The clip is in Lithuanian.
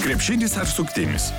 krepšinis ar suktinis